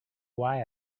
why